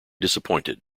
disappointed